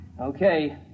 Okay